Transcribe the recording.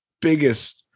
biggest